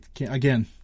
Again